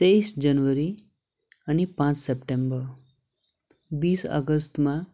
तेइस जनवरी अनि पाँच सेप्टेम्बर बिस अगस्टमा